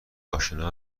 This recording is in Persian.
آشنا